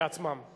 בעצמם.